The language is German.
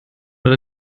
oder